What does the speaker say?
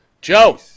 Joe